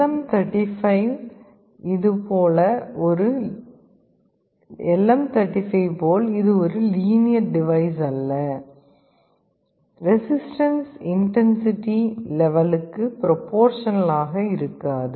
எம்35 போல் இது ஒரு லீனியர் டிவைஸ் அல்ல ரெசிஸ்டன்ஸ் இன்டன்சிடி லெவலுக்கு ப்ரொபோர்ஷனலாக இருக்காது